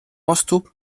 vastu